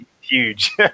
Huge